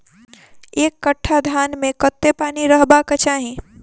एक कट्ठा धान मे कत्ते पानि रहबाक चाहि?